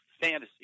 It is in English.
fantasy